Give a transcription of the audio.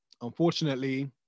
Unfortunately